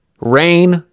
rain